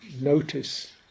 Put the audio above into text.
notice